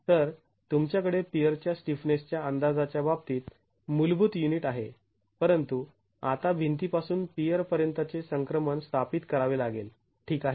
तर तुमच्याकडे पियर च्या स्टिफनेसच्या अंदाजाच्या बाबतीत मूलभूत युनिट आहे परंतु आता भिंतीपासून पियर पर्यंतचे संक्रमण स्थापित करावे लागेल ठीक आहे